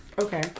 Okay